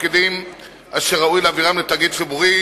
התפקידים אשר ראוי להעבירם לתאגיד ציבורי,